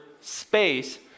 space